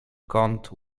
kąt